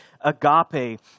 agape